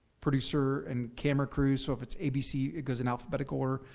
producer and camera crew. so if it's abc, it goes in alphabetical order,